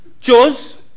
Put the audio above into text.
chose